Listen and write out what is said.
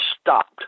stopped